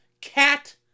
cat